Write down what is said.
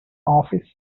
office